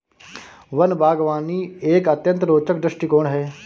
one बागवानी एक अत्यंत रोचक दृष्टिकोण है